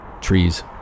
trees